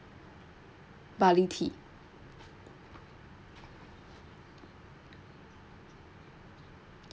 barley tea